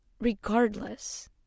regardless